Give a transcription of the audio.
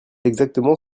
exactement